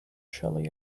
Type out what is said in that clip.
shelly